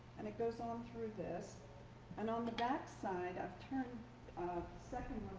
and it goes on through this and on the back side i've turned second